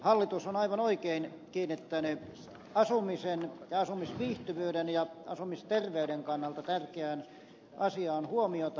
hallitus on aivan oikein kiinnittänyt asumisen ja asumisviihtyvyyden ja asumisterveyden kannalta tärkeään asiaan huomiota